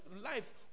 life